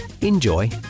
enjoy